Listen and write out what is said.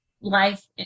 life